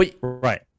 Right